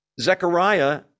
Zechariah